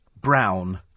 Brown